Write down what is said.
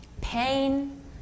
pain